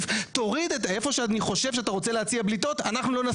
תוריד איפה שאני חושב שאתה רוצה להציע בליטות אנחנו לא מסכים.